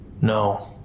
No